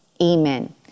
amen